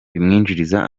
bimwinjiriza